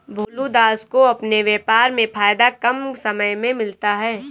भोलू दास को अपने व्यापार में फायदा कम समय में मिलता है